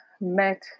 met